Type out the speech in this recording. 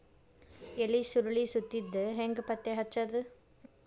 ಎಲಿ ಸುರಳಿ ಸುತ್ತಿದ್ ಹೆಂಗ್ ಪತ್ತೆ ಹಚ್ಚದ?